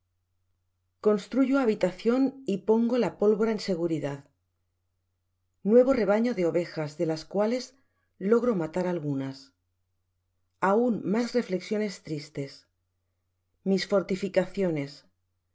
construyo habitacion y pongo la pólvora en seguridad nuevo rebaño de ovejas do las cuales logro matar algunas aun mas reflexiones tristes mis fortificaciones